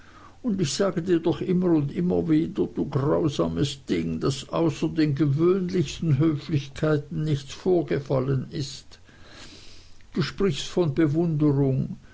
und ich sage dir doch immer und immer wieder du grausames ding daß außer den gewöhnlichsten höflichkeiten nichts vorgefallen ist du sprichst von bewunderung